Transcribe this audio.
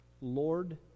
Lord